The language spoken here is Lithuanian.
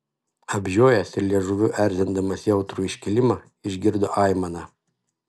apžiojęs ir liežuviu erzindamas jautrų iškilimą išgirdo aimaną